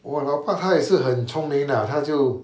我老爸他也是很聪敏的他就